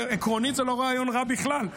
עקרונית זה לא רעיון רע בכלל.